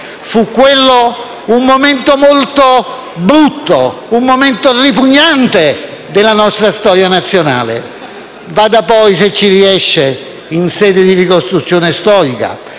Fu quello un momento molto brutto e ripugnante della nostra storia nazionale. Vada poi, se ci riesce, in sede di ricostruzione storica,